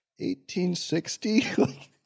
1860